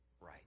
right